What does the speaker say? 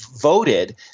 voted